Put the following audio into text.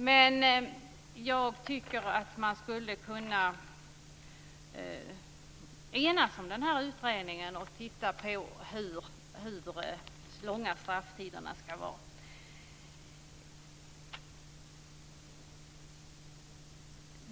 Men jag tycker att man skulle kunna enas om den här utredningen och titta på hur långa strafftiderna ska vara.